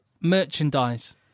merchandise